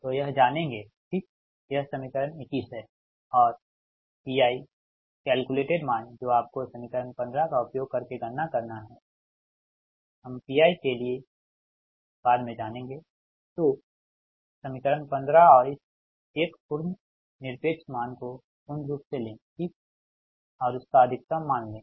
तो यह जानेंगे ठीक यह समीकरण 21 है और Pi calculated मान जो आपको समीकरण 15 का उपयोग करके गणना करना है हम pi के लिए बाद में जानेंगे तो समीकरण 15 और इस एक पूर्ण निरपेक्ष मान को पूर्ण रूप से ले ठीक और उसका अधिकतम मान लें